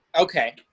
Okay